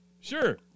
Sure